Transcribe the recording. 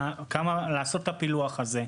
לעשות את הפילוח הזה.